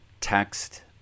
text